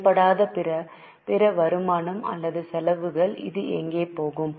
செயல்படாத பிற வருமானம் அல்லது செலவுகள் அது எங்கே போகும்